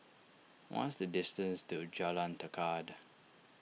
what is the distance to Jalan Tekad